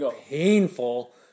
painful